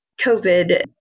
COVID